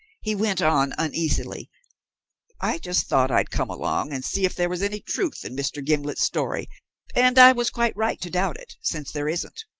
he went on, uneasily i just thought i'd come along and see if there was any truth in mr. gimblet's story and i was quite right to doubt it, since there isn't.